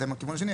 זה מהכיוון השני,